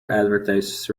advertise